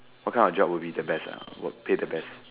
what kind of job would be the best ah what pay the best